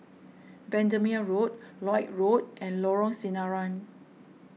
Bendemeer Road Lloyd Road and Lorong Sinaran